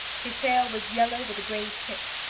his tail was yellow with a gray tip.